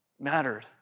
mattered